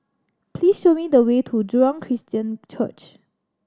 please show me the way to Jurong Christian Church